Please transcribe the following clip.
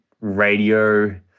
radio